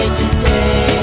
today